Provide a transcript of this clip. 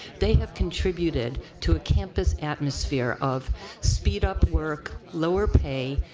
they have contributed to a campus atmosphere of speed up work, lower pay,